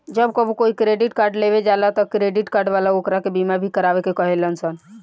जब कबो कोई क्रेडिट कार्ड लेवे जाला त क्रेडिट कार्ड वाला ओकरा के बीमा भी करावे के कहे लसन